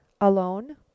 Alone